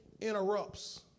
interrupts